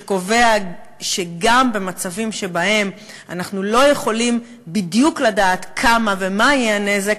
שקובע שגם במצבים שבהם אנחנו לא יכולים בדיוק לדעת כמה ומה יהיה הנזק,